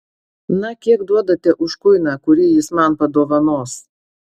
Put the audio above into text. na kiek duodate už kuiną kurį jis man padovanos